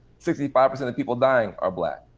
sixty five percent of people dying are black.